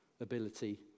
ability